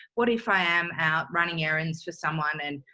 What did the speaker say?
what if i am out, running errands for someone and,